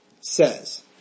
says